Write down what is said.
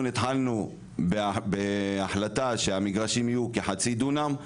התחלנו בהחלטה שהמגרשים יהיו כחצי דונם,